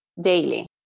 daily